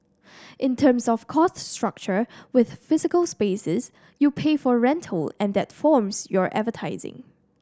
in terms of cost structure with physical spaces you pay for rental and that forms your advertising